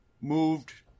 moved